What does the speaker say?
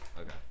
okay